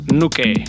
nuke